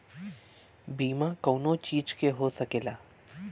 बीमा कउनो चीज के हो सकेला